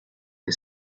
que